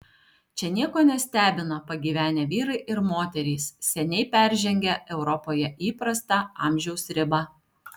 čia nieko nestebina pagyvenę vyrai ir moterys seniai peržengę europoje įprastą amžiaus ribą